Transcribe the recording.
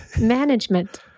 management